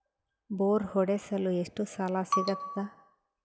Bore ಹೊಡೆಸಲು ಎಷ್ಟು ಸಾಲ ಸಿಗತದ?